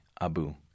Abu